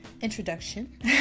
introduction